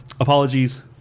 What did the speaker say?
apologies